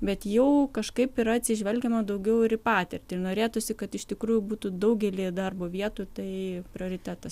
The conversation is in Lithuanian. bet jau kažkaip yra atsižvelgiama daugiau ir patirtį ir norėtųsi kad iš tikrųjų būtų daugelyje darbo vietų tai prioritetas